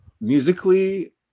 musically